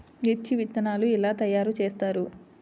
మిర్చి విత్తనాలు ఎలా తయారు చేస్తారు?